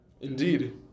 Indeed